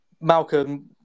Malcolm